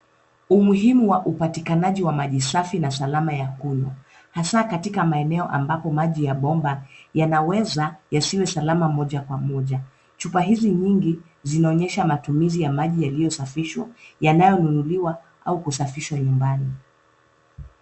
Umuhimu wa upatikanaji wa maji safi na salama ya kunywa, hasa katika maeneo ambapo maji ya bomba yanaweza yasiwe salama moja kwa moja. Chupa hizi nyingi, zinaonyesha matumizi ya maji yaliyosafishwa, yanayonunuliwa au kusafishwa nyumbani.